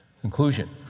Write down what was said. Conclusion